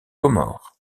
comores